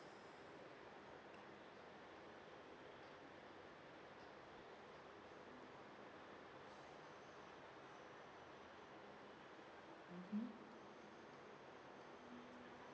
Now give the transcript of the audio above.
mmhmm